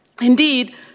Indeed